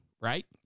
Right